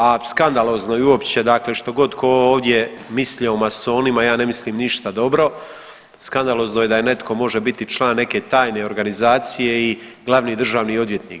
A skandalozno je uopće što god tko ovdje mislio o masonima ja ne mislim ništa dobro, skandalozno je da netko može biti član neke tajne organizacije i glavni državni odvjetnik.